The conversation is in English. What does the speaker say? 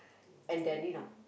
and then you know